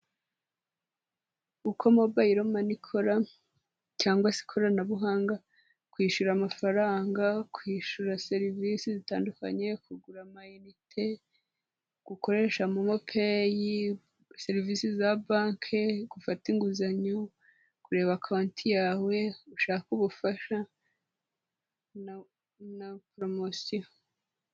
Uko mobayiro mani ikora cyangwa se ikoranabuhanga kwishyura amafaranga kwishyura serivisi zitandukanye kugura mayinite ukoresha momo peyi serivisi za banki gufata inguzanyo kureba konti yawe ushake ubufasha na poromosiyo.